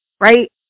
right